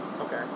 Okay